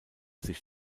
sich